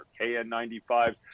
kn95s